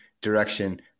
direction